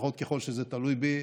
לפחות ככול שזה תלוי בי,